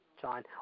John